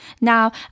Now